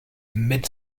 mid